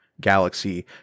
galaxy